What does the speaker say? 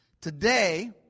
Today